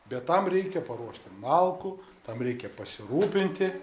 bet tam reikia paruošti malkų tam reikia pasirūpinti